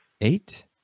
eight